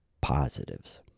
positives